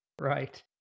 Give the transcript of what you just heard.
Right